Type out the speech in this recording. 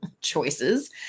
choices